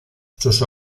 sus